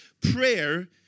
Prayer